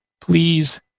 please